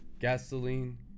gasoline